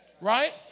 Right